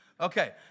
Okay